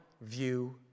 view